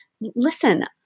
listen